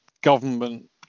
government